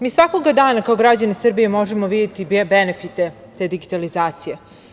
Mi svakog dana kao građani Srbije možemo videti benefite te digitalizacije.